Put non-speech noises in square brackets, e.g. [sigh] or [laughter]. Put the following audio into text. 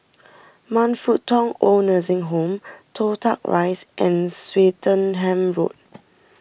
Man Fut Tong Oid Nursing Home Toh Tuck Rise and Swettenham Road [noise]